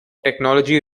technology